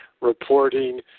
reporting